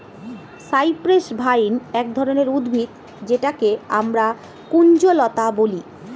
cypress vine এক ধরনের উদ্ভিদ যেটাকে আমরা কুঞ্জলতা বলি